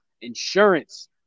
insurance